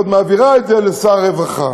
ועוד מעבירה את זה לשר הרווחה.